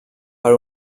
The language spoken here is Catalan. per